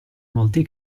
molti